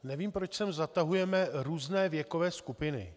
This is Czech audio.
Nevím, proč sem zatahujeme různé věkové skupiny.